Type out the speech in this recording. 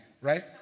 right